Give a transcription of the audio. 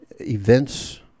Events